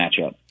matchup